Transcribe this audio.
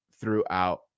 throughout